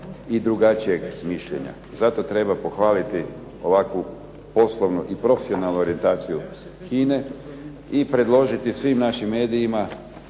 i drugačijeg mišljenja. Zato treba pohvaliti ovakvu poslovnu i profesionalnu orijentaciju HINA-e i predložiti svim našim medijima